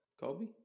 Kobe